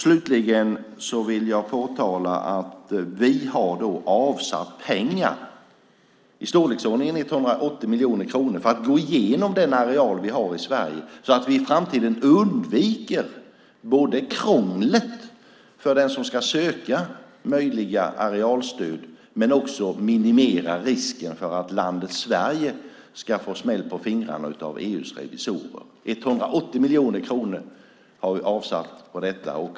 Slutligen vill jag påpeka att vi har avsatt pengar - i storleksordningen 180 miljoner kronor - för att gå igenom den areal vi har i Sverige så att vi i framtiden både undviker krånglet för den som ska söka möjliga arealstöd och minimerar risken för att landet Sverige ska få smäll på fingrarna av EU:s revisorer. 180 miljoner kronor har vi avsatt för detta.